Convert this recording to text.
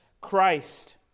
Christ